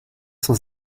cent